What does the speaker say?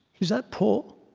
is that poor?